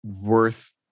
worth